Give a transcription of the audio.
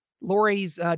Lori's